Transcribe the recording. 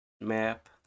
map